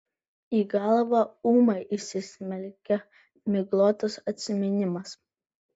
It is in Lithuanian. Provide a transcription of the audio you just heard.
į galvą ūmai įsismelkia miglotas atsiminimas